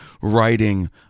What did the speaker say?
writing